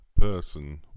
person